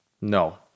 No